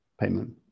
payment